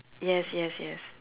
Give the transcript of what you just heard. yes yes yes